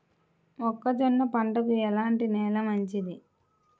మొక్క జొన్న పంటకు ఎలాంటి నేల మంచిది?